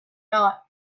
not